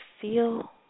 feel